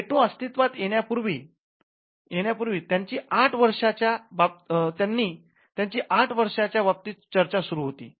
veto अस्तित्वात येण्यापूर्वी त्यांची आठ वर्षाच्या बाबतीत चर्चा चालू होती